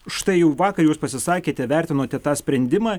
štai jau vakar jūs pasisakėte vertinote tą sprendimą